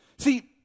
See